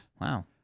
wow